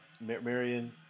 Marion